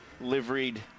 liveried